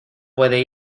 puede